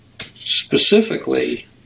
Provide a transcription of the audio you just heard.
specifically